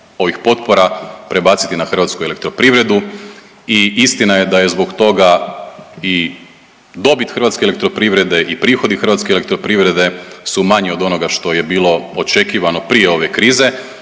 ovih potpora prebaciti na Hrvatsku elektroprivredu i istina je da je zbog toga i dobit Hrvatske elektroprivrede i prihodi Hrvatske elektroprivrede su manji od onoga što je bilo očekivano prije ove krize.